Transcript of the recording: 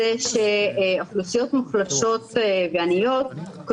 אוכלוסיות מוחלשות ועניות,